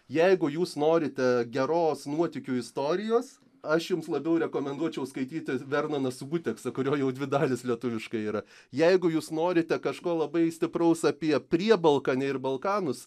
jeigu jūs norite geros nuotykių istorijos aš jums labiau rekomenduočiau skaityti vermaną suguteksą kuriuo jau dvi dalys lietuviškai yra jeigu jūs norite kažko labai stipraus apie priebalkanę ir balkanus